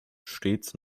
stets